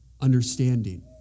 understanding